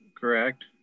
correct